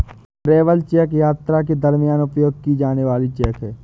travel check यात्रा के दरमियान उपयोग की जाने वाली चेक है